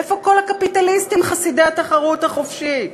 איפה כל הקפיטליסטים חסידי התחרות החופשית?